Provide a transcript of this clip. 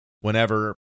whenever